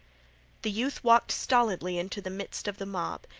the youth walked stolidly into the midst of the mob,